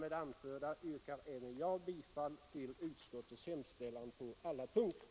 Med det anförda yrkar även jag bifall till utskottets hemställan på alla punkter.